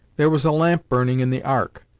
there was a lamp burning in the ark,